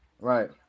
Right